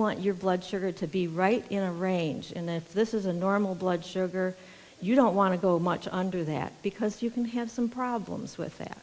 want your blood sugar to be right in a range in there if this is a normal blood sugar you don't want to go much under the that because you can have some problems with that